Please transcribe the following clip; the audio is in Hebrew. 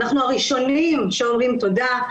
אנחנו הראשונים שאומרים תודה,